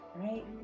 right